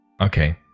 Okay